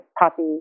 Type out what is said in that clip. puppy